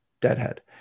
Deadhead